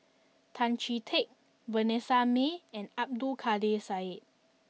Tan Chee Teck Vanessa Mae and Abdul Kadir Syed